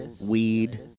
Weed